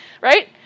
right